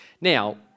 Now